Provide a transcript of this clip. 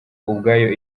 ubwayo